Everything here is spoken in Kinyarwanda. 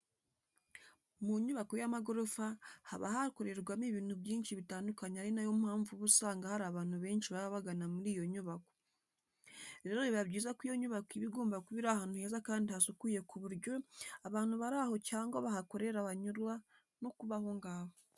Mu nyubako y'amagorofa haba hakorerwamo ibintu byinshi bitandukanye ari na yo mpamvu uba usanga hari abantu benshi baba bagana muri iyo nyubako. Rero biba byiza ko iyo nyubako iba igomba kuba iri ahantu heza kandi hasukuye ku buryo abantu bari aho cyangwa bahakorera banyurwa no kuba aho ngaho.